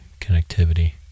connectivity